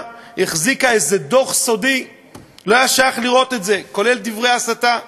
החזיקה איזה דוח סודי שכולל דברי הסתה,